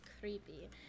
creepy